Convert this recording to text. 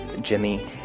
Jimmy